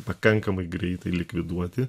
pakankamai greitai likviduoti